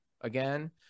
again